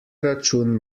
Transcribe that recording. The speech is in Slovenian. račun